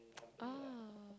ah